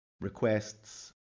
requests